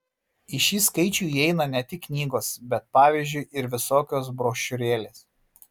į šį skaičių įeina ne tik knygos bet pavyzdžiui ir visokios brošiūrėlės